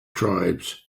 tribes